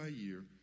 year